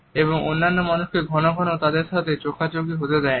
এবং অন্যান্য মানুষকে ঘনঘন তার সাথে চোখাচোখি হতে দেয় না